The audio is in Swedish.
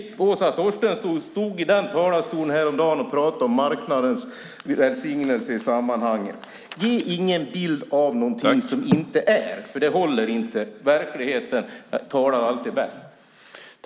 Åsa Torstensson stod häromdagen i den ena talarstolen här och pratade om marknadens välsignelse i sammanhanget. Ge alltså inte en bild av någonting som inte finns, för det håller inte. Verkligheten talar alltid bäst.